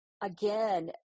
again